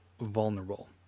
vulnerable